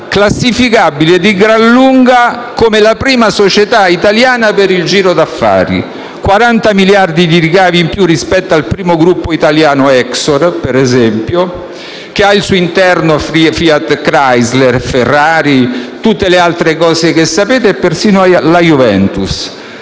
classificabile di gran lunga come la prima società italiana per il giro d'affari: 40 miliardi di ricavi in più rispetto al primo gruppo italiano Exor per esempio, che ha al suo interno Fiat-Chrysler, Ferrari e tutte le altre cose che sapete, persino la Juventus.